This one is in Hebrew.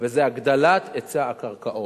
וזה הגדלת היצע הקרקעות.